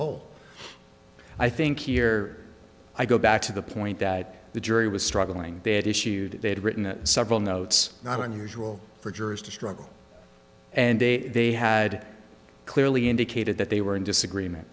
whole i think here i go back to the point that the jury was struggling dead issued they had written several notes not unusual for jurors to struggle and they they had clearly indicated that they were in disagreement